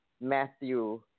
Matthew